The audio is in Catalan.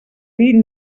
dir